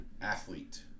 athlete